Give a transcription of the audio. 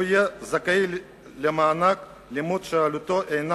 הוא יהיה זכאי למענק לימודים שעלותו אינה